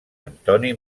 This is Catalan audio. antoni